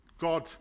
God